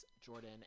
Jordan